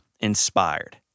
inspired